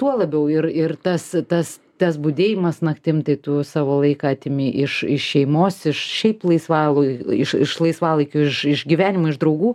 tuo labiau ir ir tas tas tas budėjimas naktim tai tu savo laiką atimi iš iš šeimos iš šiaip laisvalai iš iš laisvalaikio iš iš gyvenimo iš draugų